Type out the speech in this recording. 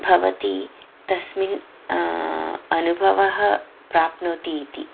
भवति तस्मिन् अनुभवः प्राप्नोति इति